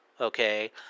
okay